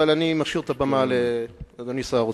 אבל אני משאיר את הבמה לאדוני שר האוצר.